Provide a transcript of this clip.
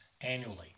annually